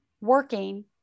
working